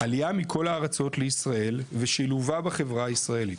עלייה מכל הארצות לישראל ושילובה בחברה הישראלית,